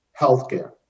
healthcare